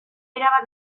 erabat